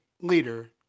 leader